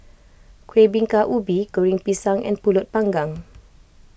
Kueh Bingka Ubi Goreng Pisang and Pulut Panggang